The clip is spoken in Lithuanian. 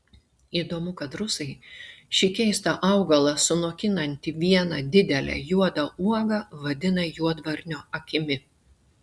įdomu kad rusai šį keistą augalą sunokinantį vieną didelę juodą uogą vadina juodvarnio akimi